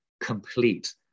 complete